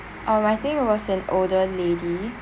um I think it was an older lady